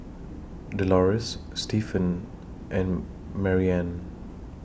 Delores Stefan and Marianne